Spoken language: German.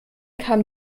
kam